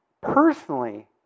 personally